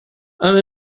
amb